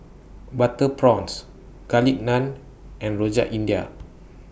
Butter Prawns Garlic Naan and Rojak India